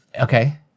okay